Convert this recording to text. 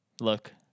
Look